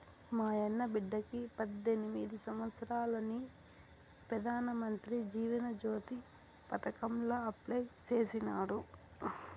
మాయన్న బిడ్డకి పద్దెనిమిది సంవత్సారాలని పెదానమంత్రి జీవన జ్యోతి పదకాంల అప్లై చేసినాడు